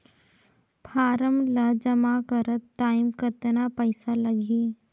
Form ला जमा करत टाइम कतना पइसा लगही?